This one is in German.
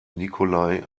nikolai